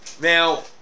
Now